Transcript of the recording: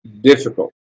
difficult